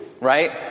Right